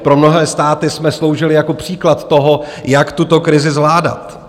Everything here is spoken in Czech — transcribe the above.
Pro mnohé státy jsme sloužili jako příklad toho, jak tuto krizi zvládat.